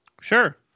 Sure